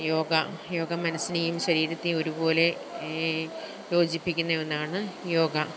യോഗ യോഗ മനസ്സിനേയും ശരീരത്തേയും ഒരുപോലെ യോജിപ്പിക്കുന്ന ഒന്നാണ് യോഗ